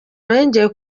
yongeye